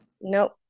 Nope